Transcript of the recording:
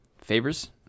favors